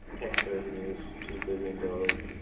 tax revenues two billion dollars,